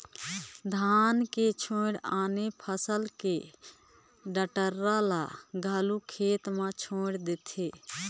धान के छोयड़ आने फसल के डंठरा ल घलो खेत मे छोयड़ देथे